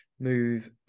move